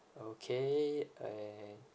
okay and